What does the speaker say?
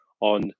on